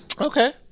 Okay